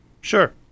Sure